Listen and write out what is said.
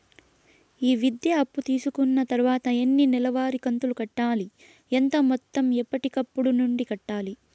ఈ విద్యా అప్పు తీసుకున్న తర్వాత ఎన్ని నెలవారి కంతులు కట్టాలి? ఎంత మొత్తం ఎప్పటికప్పుడు నుండి కట్టాలి?